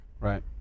Right